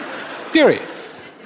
Furious